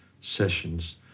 sessions